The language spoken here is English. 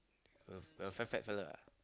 the the fat fat fellow ah